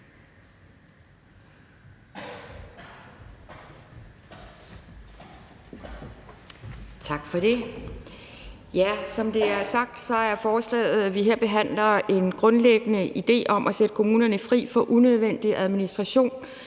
Tak for det. Som det er sagt, er forslaget, vi her behandler, en grundlæggende idé om at sætte kommunerne fri for unødvendig administration